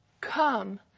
come